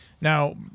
Now